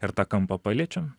ir tą kampą paliečiam